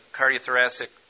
cardiothoracic